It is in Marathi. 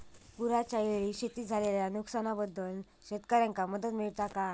पुराच्यायेळी शेतीत झालेल्या नुकसनाबद्दल शेतकऱ्यांका मदत मिळता काय?